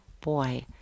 boy